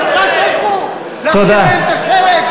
את החוק, אותך שלחו להכשיר להם את השרץ?